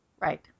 right